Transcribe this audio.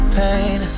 pain